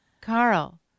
Carl